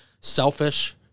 selfish